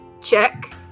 check